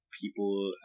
people